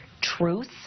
truth